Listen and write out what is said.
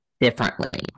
differently